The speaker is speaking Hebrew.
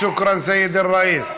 שוכרן, סייד א-ראיס.